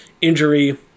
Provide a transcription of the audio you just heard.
injury